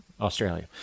Australia